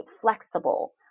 flexible